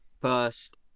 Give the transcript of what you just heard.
first